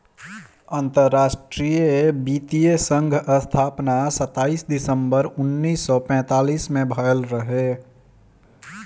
अंतरराष्ट्रीय वित्तीय संघ स्थापना सताईस दिसंबर उन्नीस सौ पैतालीस में भयल रहे